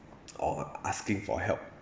or asking for help